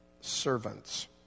Servants